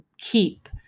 keep